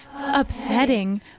upsetting